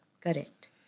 Correct